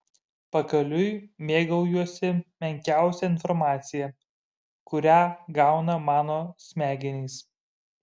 pakeliui mėgaujuosi menkiausia informacija kurią gauna mano smegenys